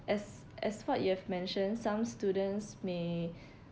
as as what you have mentioned some students may